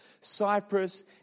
Cyprus